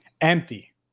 Empty